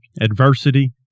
Adversity